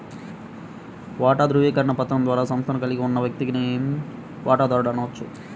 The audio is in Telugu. వాటా ధృవీకరణ పత్రం ద్వారా సంస్థను కలిగి ఉన్న వ్యక్తిని వాటాదారుడు అనవచ్చు